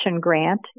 Grant